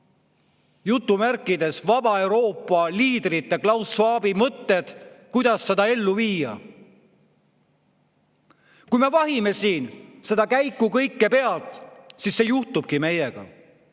meetmed ja "vaba" Euroopa liidrite, ka Klaus Schwabi mõtted, kuidas seda ellu viia. Kui me vahime seda kõike pealt, siis see juhtubki meiega.